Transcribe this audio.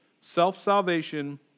Self-salvation